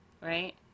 Right